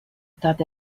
thought